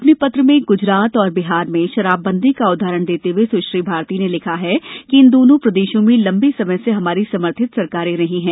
अपने पत्र में ग्जरात और बिहार में शराबबंदी का उदाहरण देते हुए सुश्री भारती ने लिखा है कि इन दोनों प्रदेशो में लंबे समय से हमारी समर्थित सरकारें रही हैं